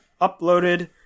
uploaded